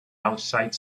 outside